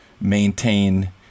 maintain